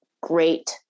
great